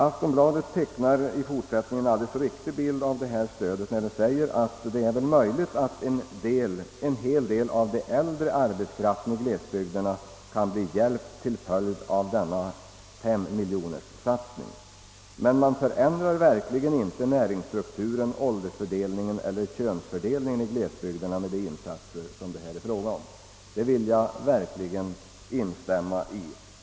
Aftonbladet tecknar i fortsättningen en alldeles riktig bild av detta stöd när man säger att det är möjligt att en stor del av den äldre arbetskraften i glesbygderna kan bli hjälpt till följd av denna femmiljonerssatsning. Men man förändrar verkligen inte näringsstrukturen, åldersfördelningen eller könsfördelningen i glesbygderna med de insatser som det här är fråga om.